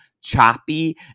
choppy